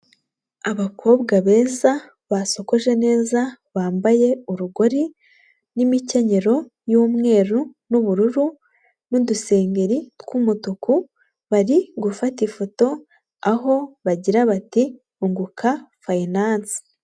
Abakobwa beza basokoje neza bambaye urugori n'imikenyero y'umweru n'ubururu n'udusengeri tw'umutuku, bari gufata ifoto aho bagira bati unguka fayinanse.